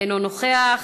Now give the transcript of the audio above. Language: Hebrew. אינו נוכח,